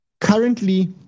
currently